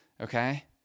Okay